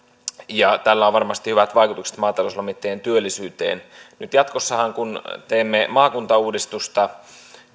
ja tällä on varmasti hyvät vaikutukset maatalouslomittajien työllisyyteen nyt jatkossahan kun teemme maakuntauudistusta